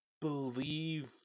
believe